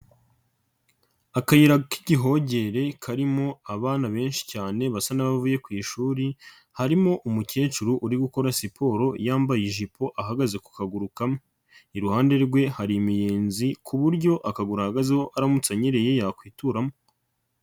Akayira k'igihogere karimo abana benshi cyane basa n'abavuye ku ishuri harimo umukecuru uri gukora siporo yambaye ijipo ahagaze ku kaguru kamwe, iruhande rwe hari imiyenzi ku buryo akaguru ahagazeho aramutse anyereye yakwituramo.